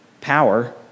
power